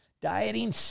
Dieting